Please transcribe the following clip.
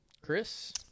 Chris